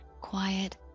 quiet